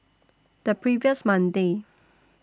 The previous Monday